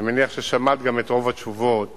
אני מניח ששמעת גם את רוב התשובות